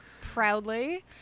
proudly